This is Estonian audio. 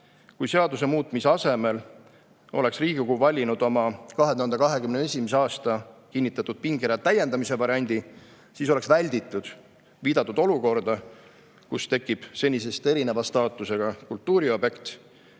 kui seaduse muutmise asemel oleks Riigikogu valinud oma 2021. aastal kinnitatud pingerea täiendamise variandi, oleks välditud viidatud olukorda, kus tekib senisest erineva staatusega kultuuriobjekt,